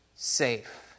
safe